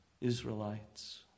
Israelites